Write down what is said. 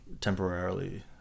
Temporarily